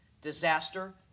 disaster